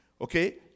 Okay